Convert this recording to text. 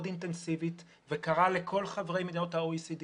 אינטנסיבית וקרא לכל חברי מדינות ה-OECD